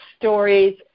stories